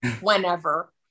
whenever